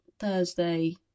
Thursday